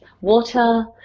water